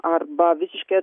arba visiškai